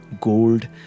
gold